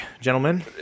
gentlemen